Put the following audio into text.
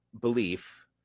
belief